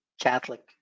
Catholic